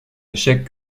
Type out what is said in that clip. échec